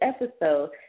episode